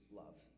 love